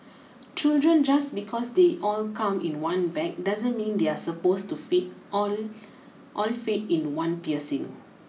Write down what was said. children just because they all come in one bag doesn't mean they are supposed to fit all all fit in one piercing